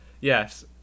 Yes